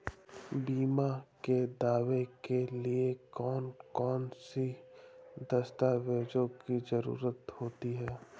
बीमा के दावे के लिए कौन कौन सी दस्तावेजों की जरूरत होती है?